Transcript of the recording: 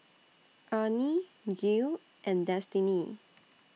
Arne Gil and Destiney